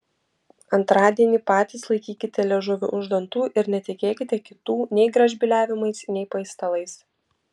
antradienį patys laikykite liežuvį už dantų ir netikėkite kitų nei gražbyliavimais nei paistalais